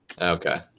Okay